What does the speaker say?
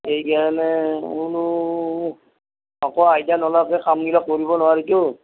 সেইকাৰণে বোলো একো আইডিয়া নোলোৱাকে কামবিলাক কৰিব নোৱাৰিটো